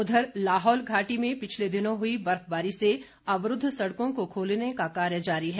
उधर लाहौल घाटी में पिछले दिनों हुई बर्फबारी से अवरूद्व सड़कों को खोलने का कार्य जारी है